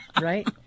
right